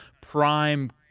prime